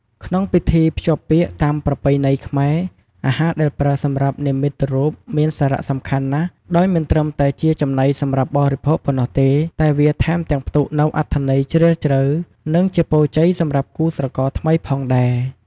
ក្នុងពិធីភ្ជាប់ពាក្យតាមប្រពៃណីខ្មែរ អាហារដែលប្រើសម្រាប់និមិត្តរូបមានសារៈសំខាន់ណាស់ដោយមិនត្រឹមតែជាចំណីសម្រាប់បរិភោគប៉ុណ្ណោះទេ តែវាថែមទាំងផ្ទុកនូវអត្ថន័យជ្រាលជ្រៅ និងជាពរជ័យសម្រាប់គូស្រករថ្មីផងដែរ។